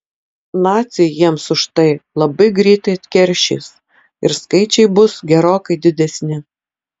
naciai jiems už tai labai greitai atkeršys ir skaičiai bus gerokai didesni